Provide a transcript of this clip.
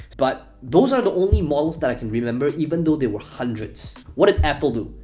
but those are the only models that i can remember, even though they were hundreds. what did apple do?